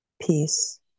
peace